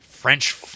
French